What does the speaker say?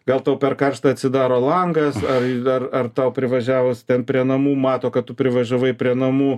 gal tau per karšta atsidaro langas ar ar ar tau privažiavus ten prie namų mato kad tu privažiavai prie namų